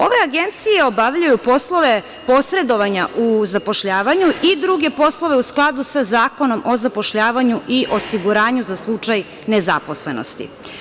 Ove agencije obavljaju poslove posredovanja u zapošljavanju i druge poslove u skladu sa Zakonom o zapošljavanju i osiguranju za slučaj nezaposlenosti.